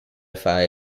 fare